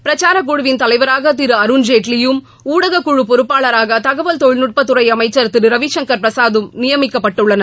பிரச்சாரக் குழுவின் தலைவராக திரு அருண்ஜேட்லியும் ஊடக குழு பொறுப்பாளராக தகவல் தொழில்நுட்பத்துறை அமைச்சர் திரு ரவிசங்கர் பிரசாத்தும் நியமிக்கப்பட்டுள்ளனர்